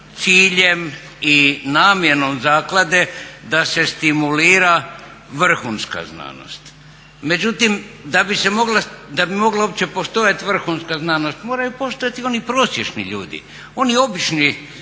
ciljem i namjenom zaklade da se stimulira vrhunska znanost, međutim da bi mogla opće postojati vrhunska znanost moraju postojati oni prosječni ljudi, oni obični